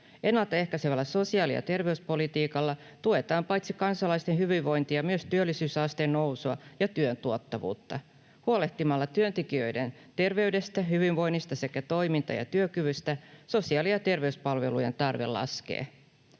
Ennaltaehkäisevällä sosiaali- ja terveyspolitiikalla tuetaan paitsi kansalaisten hyvinvointia myös työllisyysasteen nousua ja työn tuottavuutta. Huolehtimalla työntekijöiden terveydestä, hyvinvoinnista sekä toiminta- ja työkyvystä sosiaali- ja terveyspalvelujen tarve laskee.